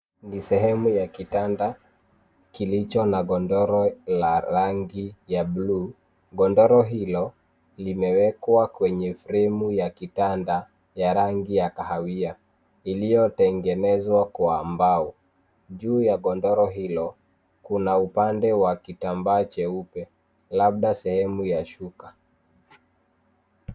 Ni sehemu ya kitanda kilicho na godoro la rangi ya buluu. Godoro hilo limewekwa kwenye fremu ya kitanda ya rangi ya kahawia iliyotengenezwa Kwa mbao. Juu ya godoro hilo kuna upande wa kitambaa cheupe labda sehemu ya shuka.